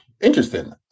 Interesting